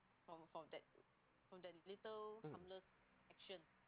mm